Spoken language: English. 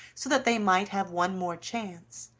so that they might have one more chance,